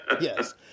yes